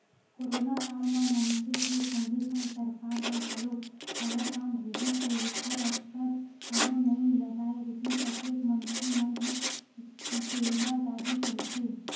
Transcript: करोनो काल म मनखे के संगे संग सरकार ह घलोक हलाकान रिहिस हे ऐखर अटकर कोनो नइ लगाय रिहिस अतेक मनखे मन ह पेरा जाही कहिके